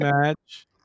match